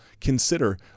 consider